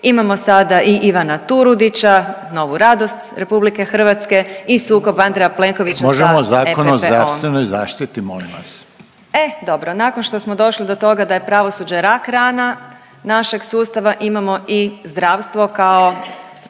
imamo sada i Ivana Turudića novu radost RH i sukob Andreja Plenkovića …/Upadica Reiner: Možemo Zakon o zdravstvenoj zaštiti molim vas./… sa EPPO-om. E dobro, nakon što smo došli do toga da je pravosuđe rak rana našeg sustava, imamo i zdravstvo kao